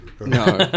no